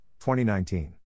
2019